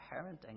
parenting